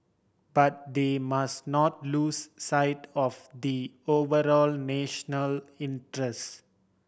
but they must not lose sight of the overall national interest